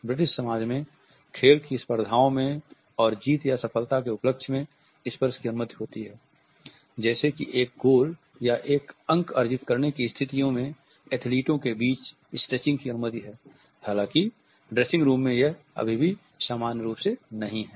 British समाज में खेल की स्पर्धाओं में और जीत या सफलता के उपलक्ष्य में स्पर्श की अनुमति होती है जैसे कि एक गोल या एक अंक अर्जित करने की स्थितियों में एथलीटों के बीच स्ट्रेचिंग की अनुमति हालांकि ड्रेसिंग रूम में यह अभी भी सामान्य रूप से नहीं है